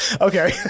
Okay